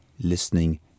listening